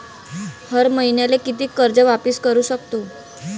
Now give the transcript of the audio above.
हर मईन्याले कितीक कर्ज वापिस करू सकतो?